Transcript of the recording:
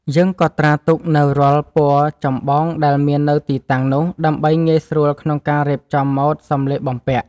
យើងកត់ត្រាទុកនូវរាល់ពណ៌ចម្បងដែលមាននៅទីតាំងនោះ ដើម្បីងាយស្រួលក្នុងការរៀបចំម៉ូដសម្លៀកបំពាក់។